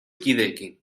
kideekin